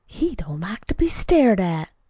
he don't like to be stared at.